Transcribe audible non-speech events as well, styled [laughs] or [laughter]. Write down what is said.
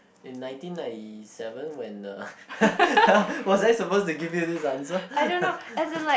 in nineteen ninety seven when the [laughs] was I supposed to give you this answer [laughs]